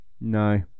No